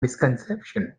misconception